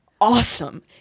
awesome